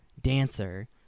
dancer